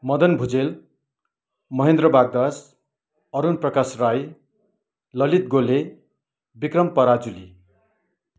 Madan Bhujel Mahendra Bagdas Arun Prakash Rai Lalit Gole Bikram Parajuli